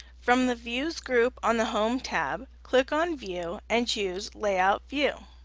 from the views group on the home tab click on view and choose layout view.